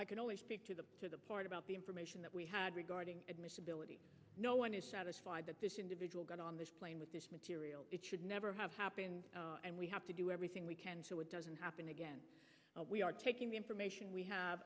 i can only speak to the to the part about the information that we had regarding admissibility no one is satisfied that this individual got on this plane with this material it should never have happened and we have to do everything we can so it doesn't happen again we are taking the information we have